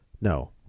No